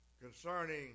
concerning